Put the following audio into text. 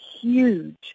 huge